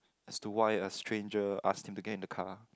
as to why a stranger asked him to get in the car